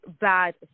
bad